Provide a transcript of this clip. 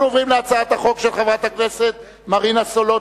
אנחנו עוברים להצעת החוק של חברת הכנסת מרינה סולודקין,